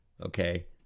okay